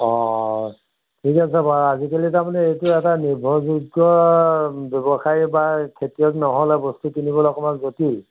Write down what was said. অঁ ঠিক আছে বাৰু আজিকালি তাৰমানে এইটো এটা নিৰ্ভৰযোগ্য ব্যৱসায়ী বা খেতিয়ক নহ'লে বস্তু কিনিবলৈ অকণমান জটিল